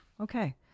okay